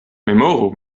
memoru